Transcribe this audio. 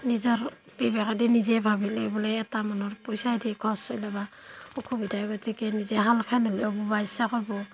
নিজৰ বিবেকেদি নিজে ভাবি লৈ পেলাই এটা মানুহৰ পইচাই দি ঘৰ চলাব অসুবিধা হয় গতিকে নিজে শালখান হ'লেও বাব ইচ্ছা কৰিব